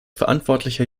verantwortlicher